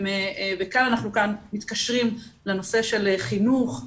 וכאן אנחנו מתקשרים לנושא של חינוך,